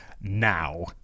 now